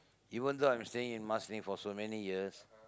even though I am staying in Marsiling for so many years